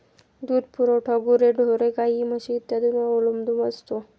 दूध पुरवठा गुरेढोरे, गाई, म्हशी इत्यादींवर अवलंबून असतो